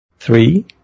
Three